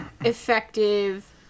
effective